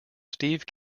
steve